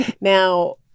Now